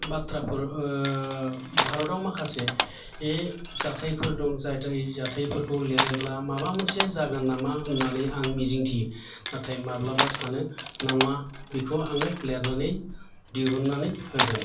बाथ्राफोर भारतआव माखासे ए जाथायफोर दं जाय जाथायफोरखौ लिरोब्ला माबा मोनसे जागोन नामा होननानै आं मिजिं थियो नाथाय माब्लाबा सानो नङा बिखौ आङो लिरनानै दिहुनानै होगोन